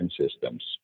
systems